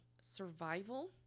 survival